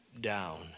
down